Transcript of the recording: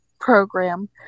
program